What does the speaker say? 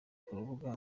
kurubuga